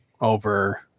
over